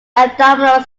abdominal